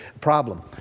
problem